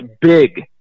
big